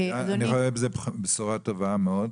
מצוין, אני רואה בזה בשורה טובה מאוד.